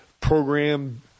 program